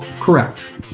Correct